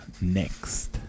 next